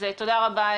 תודה רבה,